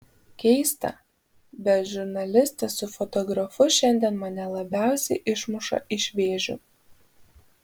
keista bet žurnalistas su fotografu šiandien mane labiausiai išmuša iš vėžių